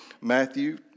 Matthew